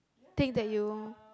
thing that you